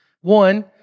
One